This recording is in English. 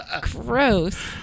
gross